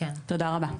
תודה רבה.